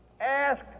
Ask